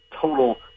total